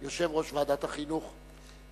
ועדת החוקה,